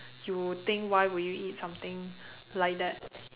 you would think why would you eat something like that